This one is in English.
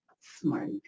Smart